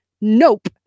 nope